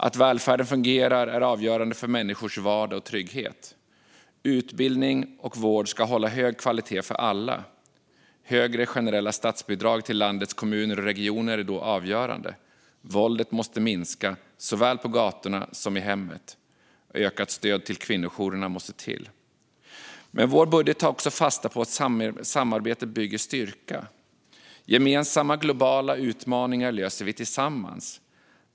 Att välfärden fungerar är avgörande för människors vardag och trygghet. Utbildning och vård ska hålla hög kvalitet för alla. Högre generella statsbidrag till landets kommuner och regioner är då avgörande. Våldet måste minska, såväl på gatorna som i hemmet. Ökat stöd till kvinnojourerna måste till. Vår budget tar också fasta på att samarbete bygger styrka. Gemensamma globala utmaningar löser vi tillsammans.